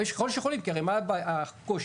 כי הרי מה הקושי?